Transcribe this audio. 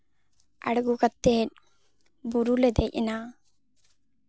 ᱟᱬᱜᱚ ᱠᱟᱛᱮ ᱵᱩᱨᱩᱞᱮ ᱫᱮᱡ ᱮᱱᱟ